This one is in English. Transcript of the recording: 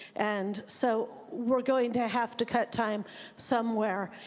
and so we're going to have to cut time somewhere.